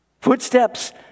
Footsteps